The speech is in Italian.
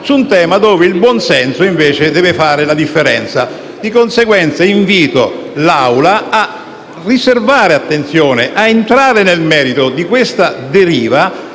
su cui, invece, il buonsenso deve fare la differenza. Di conseguenza, invito l'Assemblea a riservare attenzione e ad entrare nel merito di questa deriva,